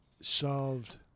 solved